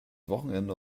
wochenende